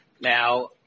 Now